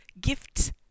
Gifts